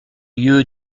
lieu